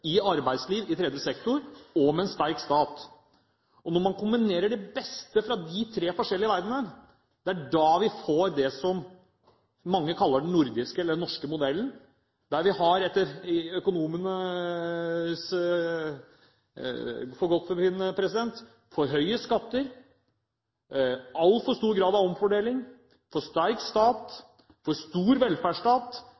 i arbeidsliv i tredje sektor og en sterk stat. Når man kombinerer det beste fra de tre forskjellige verdenene, får vi det som mange kaller den nordiske eller den norske modellen, der vi har, etter økonomenes forgodtbefinnende, for høye skatter, altfor stor grad av omfordeling, en for sterk